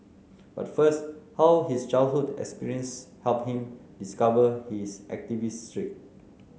but first how his childhood experiences helped him discover his activist streak